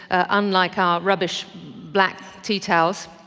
unlike our rubbish black tea towels,